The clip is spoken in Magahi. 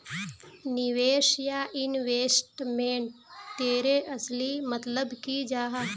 निवेश या इन्वेस्टमेंट तेर असली मतलब की जाहा?